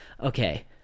okay